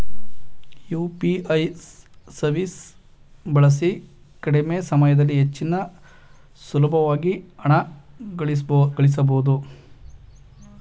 UPI ಸವೀಸ್ ಬಳಸಿ ಕಡಿಮೆ ಸಮಯದಲ್ಲಿ ಬಹಳ ಸುಲಬ್ವಾಗಿ ಹಣ ಕಳಸ್ಬೊದು